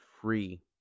free